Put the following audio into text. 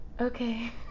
okay